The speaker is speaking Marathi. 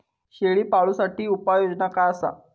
शेळीपाळूसाठी उपयोगाचा काय असा?